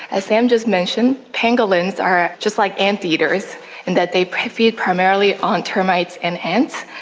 as sam just mentioned, pangolins are just like anteaters in that they feed primarily on termites and ants.